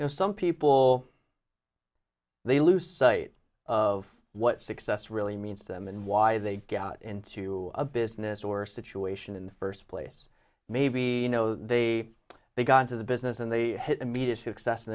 are some people or they lose sight of what success really means to them and why they got into a business or a situation in the first place maybe you know they they got into the business and they hit immediate success and